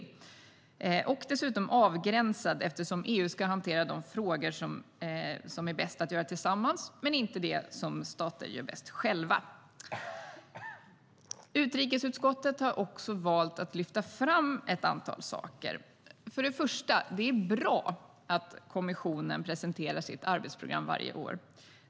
Inriktningen är dessutom avgränsad, eftersom EU ska hantera de frågor som är bäst att göra tillsammans men inte det som de olika staterna gör bäst själva. Först och främst är det bra att kommissionen presenterar sitt arbetsprogram varje år.